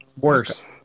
worse